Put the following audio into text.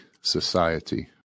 society